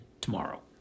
tomorrow